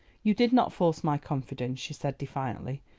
you did not force my confidence, she said defiantly,